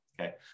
okay